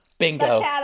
Bingo